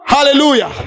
Hallelujah